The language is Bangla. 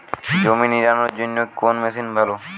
জমি নিড়ানোর জন্য কোন মেশিন ভালো?